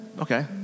Okay